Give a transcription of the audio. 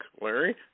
Larry